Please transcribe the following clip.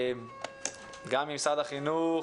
משרד החינוך,